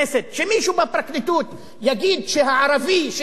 שמישהו בפרקליטות יגיד שהערבי שהניף את